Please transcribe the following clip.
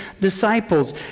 disciples